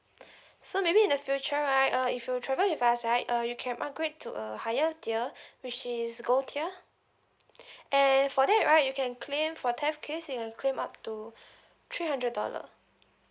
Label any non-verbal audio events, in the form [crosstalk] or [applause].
[breath] so maybe in the future right uh if you travel with us right uh you can upgrade to a higher tier [breath] which is gold tier [breath] and for that right you can claim for theft case you can claim up to three hundred dollar